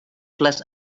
les